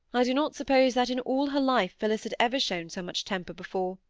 i do not suppose that in all her life phillis had ever shown so much temper before.